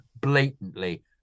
blatantly